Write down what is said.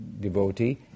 devotee